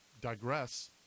digress